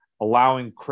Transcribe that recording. allowing